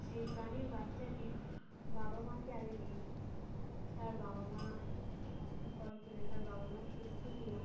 সেই প্রাণীর বাচ্চাটির বাবা মাকে আগে দেখি তার বাবা মা স্বাস্থ্যকর কি না তার বাবা মা সুস্থ কি না